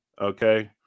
okay